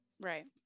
Right